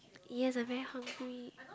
yes I very hungry